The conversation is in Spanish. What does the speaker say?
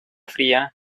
fría